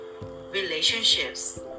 relationships